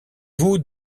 vous